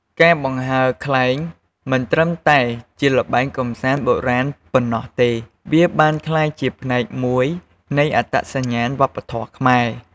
ការបង្ហើរខ្លែងមិនត្រឹមតែជាល្បែងកម្សាន្តបុរាណប៉ុណ្ណោះទេ វាបានក្លាយជាផ្នែកមួយនៃ អត្តសញ្ញាណវប្បធម៌ខ្មែរ។